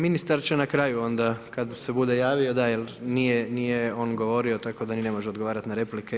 Ministar će na kraju onda, kada se bude javio, jer nije on govorio, tako da ni ne može odgovarati na replike.